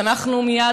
ואנחנו מייד,